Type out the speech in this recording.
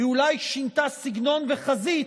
היא אולי שינתה סגנון וחזית,